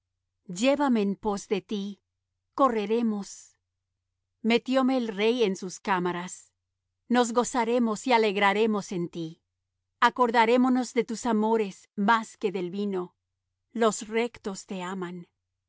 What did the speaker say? llévame en pos de ti correremos metióme el rey en sus cámaras nos gozaremos y alegraremos en ti acordarémonos de tus amores más que del vino los rectos te aman